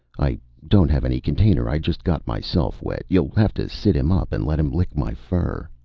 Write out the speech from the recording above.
i don't have any container. i just got myself wet you'll have to sit him up and let him lick my fur.